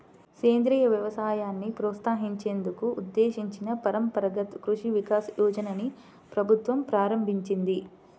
సేంద్రియ వ్యవసాయాన్ని ప్రోత్సహించేందుకు ఉద్దేశించిన పరంపరగత్ కృషి వికాస్ యోజనని ప్రభుత్వం ప్రారంభించింది